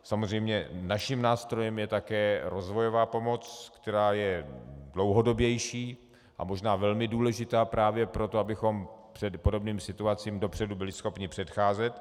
Samozřejmě naším nástrojem je také rozvojová pomoc, která je dlouhodobější a možná velmi důležitá právě proto, abychom byli podobným situacím schopni dopředu předcházet.